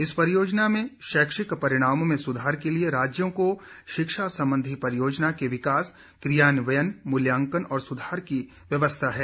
इस परियोजना में शैक्षिक परिणामों में सुधार के लिए राज्यों को शिक्षा संबंधी परियोजना के विकास क्रियान्वयन मूल्यांकन और सुधार की व्यवस्था है